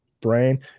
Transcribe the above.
brain